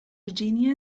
virginia